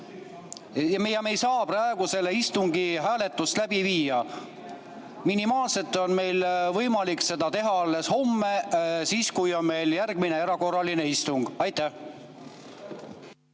Ja me ei saa praegu selle [eelnõu] hääletust läbi viia. Minimaalselt on meil võimalik seda teha alles homme, siis kui on meil järgmine erakorraline istung.